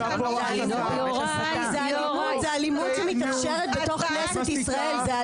זו אלימות שמתאפשרת בתוך כנסת ישראל.